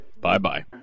Bye-bye